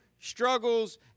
struggles